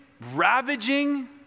Ravaging